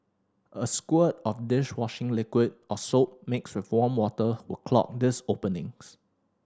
a squirt of dish washing liquid or soap mixed with warm water will clog these openings